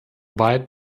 weit